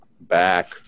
back